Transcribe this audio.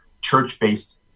church-based